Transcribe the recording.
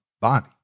body